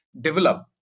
develop